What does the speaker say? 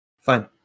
Fine